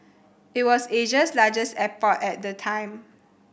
it was Asia's largest airport at the time